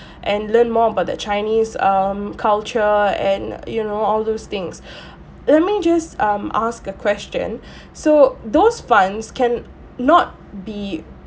and learn more about the chinese um culture and you know all those things let me just um ask a question so those funds can not be